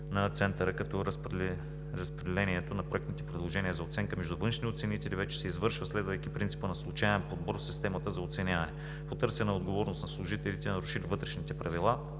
на Центъра, като разпределението на проектните предложения за оценка между външни оценители вече се извършва, следвайки принципа на случаен подбор в системата за оценяване. Потърсена е отговорност на служителите, нарушили вътрешните правила